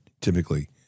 typically